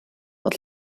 bod